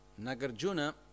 Nagarjuna